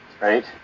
right